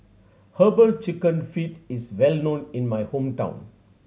Herbal Chicken Feet is well known in my hometown